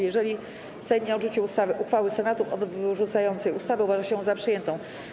Jeżeli Sejm nie odrzuci uchwały Senatu odrzucającej ustawę, uważa się ją za przyjętą.